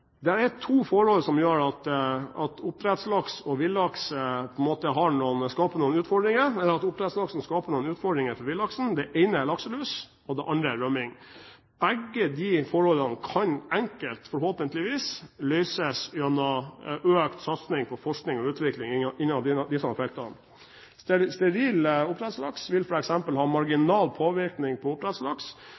er to forhold som gjør at oppdrettslaksen skaper noen utfordringer for villaksen. Det ene er lakselus, og det andre er rømming. Begge de forholdene kan forhåpentligvis enkelt løses gjennom økt satsing på forskning og utvikling innen disse feltene. Sterile oppdrettslaks vil f.eks. ha marginal påvirkning på oppdrettslaks,